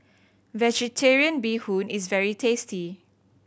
Vegetarian Bee Hoon is very tasty